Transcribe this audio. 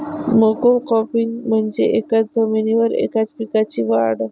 monocropping म्हणजे एकाच जमिनीवर एकाच पिकाची वाढ